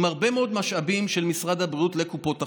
עם הרבה מאוד משאבים של משרד הבריאות לקופות החולים.